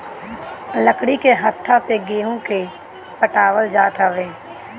लकड़ी के हत्था से गेंहू के पटावल जात हवे